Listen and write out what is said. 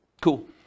cool